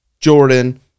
Jordan